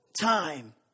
time